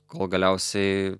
kol galiausiai